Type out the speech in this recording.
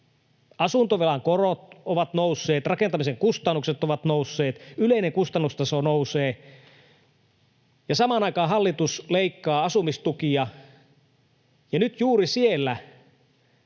Asuntovelan korot ovat nousseet, rakentamisen kustannukset ovat nousseet, yleinen kustannustaso nousee, ja samaan aikaan hallitus leikkaa asumistukia. Ja nyt juuri sinne,